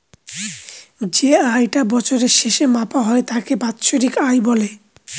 যে আয় টা বছরের শেষে মাপা হয় তাকে বাৎসরিক আয় বলে